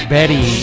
Betty